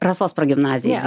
rasos progimnazija